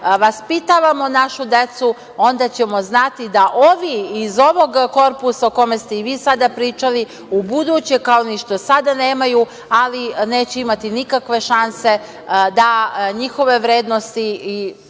vaspitavamo našu decu, onda ćemo znati da ovi iz ovog korpusa o kome ste i vi sada pričali, ubuduće, kao što ni do sada nemaju, ali neće imati nikakve šanse da njihove vrednosti